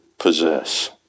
possess